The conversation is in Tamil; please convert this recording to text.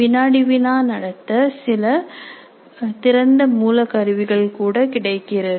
வினாடி வினா நடத்த சில திறந்த மூல கருவிகள் கூட கிடைக்கிறது